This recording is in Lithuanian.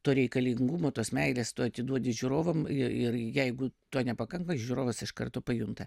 to reikalingumo tos meilės tu atiduodi žiūrovam ir jeigu to nepakanka žiūrovas iš karto pajunta